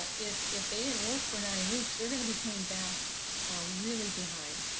ah if if they didn't work for nine weeks, they're gonna be coming back really behind.